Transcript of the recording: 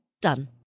Done